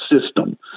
system